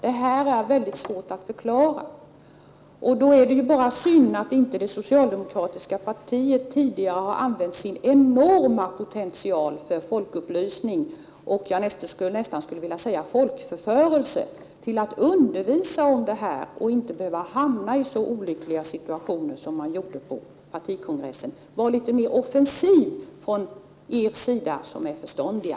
Detta är mycket svårt att förklara. Det är synd att inte det socialdemokra tiska partiet tidigare har använt sin enorma potential för folkupplysning, jag vill nästan säga folkförförelse, till att undervisa människor om detta, så att ni inte behöver hamna i så olyckliga situationer som ni gjorde på partikongressen. Ni som är förståndiga bör vara mer offensiva!